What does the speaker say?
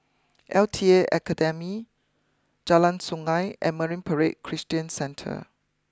L T A Academy Jalan Sungei and Marine Parade Christian Centre